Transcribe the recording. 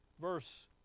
verse